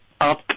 up